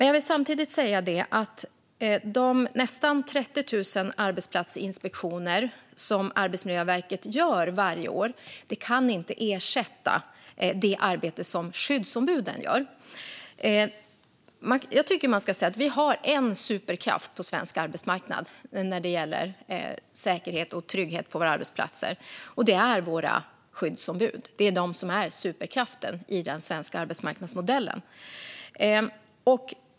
Jag vill samtidigt säga att de nästan 30 000 arbetsplatsinspektioner som Arbetsmiljöverket gör varje år inte kan ersätta det arbete som skyddsombuden gör. Vi har en superkraft på svensk arbetsmarknad när det gäller säkerhet och trygghet på våra arbetsplatser. Det är våra skyddsombud. De är superkraften i den svenska arbetsmarknadsmodellen.